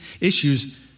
issues